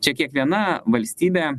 čia kiekviena valstybė